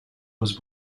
was